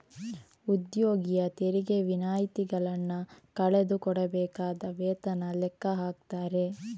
ಉದ್ಯೋಗಿಯ ತೆರಿಗೆ ವಿನಾಯಿತಿಗಳನ್ನ ಕಳೆದು ಕೊಡಬೇಕಾದ ವೇತನ ಲೆಕ್ಕ ಹಾಕ್ತಾರೆ